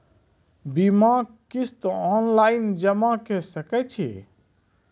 बीमाक किस्त ऑनलाइन जमा कॅ सकै छी?